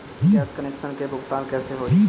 Gas connection के भुगतान कैसे होइ?